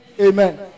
amen